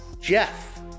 Jeff